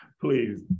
Please